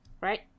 right